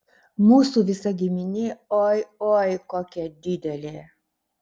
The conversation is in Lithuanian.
mūsų visa giminė oi oi kokia didelė